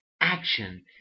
action